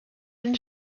den